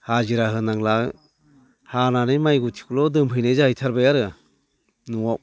हाजिरा होनांला हानानै माइ गुथिखौल' दोनफैनाय जाहैथारबाय आरो न'आव